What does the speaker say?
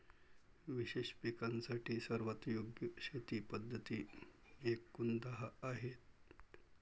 विशेष पिकांसाठी सर्वात योग्य शेती पद्धती एकूण दहा आहेत